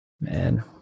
Man